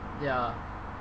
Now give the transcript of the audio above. ya